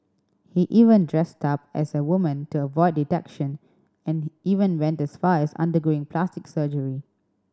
he even dressed up as a woman to avoid detection and he even went as far as undergoing plastic surgery